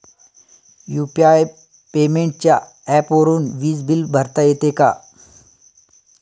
UPI पेमेंटच्या ऍपवरुन वीज बिल भरता येते का?